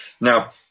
Now